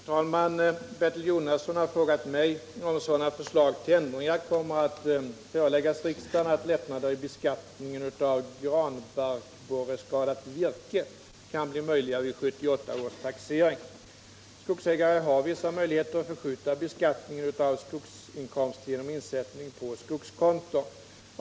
Herr talman! Bertil Jonasson har frågat mig om sådana förslag till ändringar kommer att föreläggas riksdagen att lättnader i beskattningen av granbarkborreskadat virke kan bli möjliga vid 1978 års taxering. Skogsägare har vissa möjligheter att förskjuta beskattningen av skogsinkomster genom insättning på skogskonto.